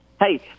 Hey